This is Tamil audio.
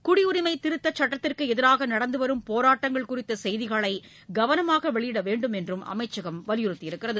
குடியுரிமை திருத்தச் சுட்டத்திற்கு எதிராக நடந்து வரும் போராட்டங்கள் குறித்த செய்திகளை கவனமாக வெளியிட வேண்டுமென்று அமைச்சகம் வலியுறுத்தியுள்ளது